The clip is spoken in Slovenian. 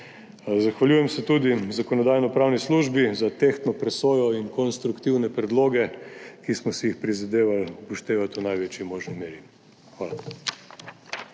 Zahvaljujem se tudi Zakonodajno-pravni službi za tehtno presojo in konstruktivne predloge, ki smo si jih prizadevali upoštevati v največji možni meri. Hvala.